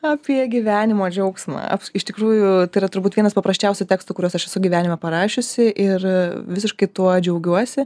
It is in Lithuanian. apie gyvenimo džiaugsmą iš tikrųjų tai yra turbūt vienas paprasčiausių tekstų kuriuos aš esu gyvenime parašiusi ir visiškai tuo džiaugiuosi